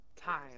time